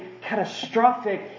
catastrophic